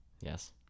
Yes